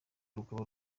rukaba